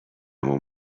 عمو